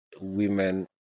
women